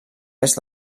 est